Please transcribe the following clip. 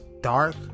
dark